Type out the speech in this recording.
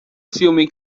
filme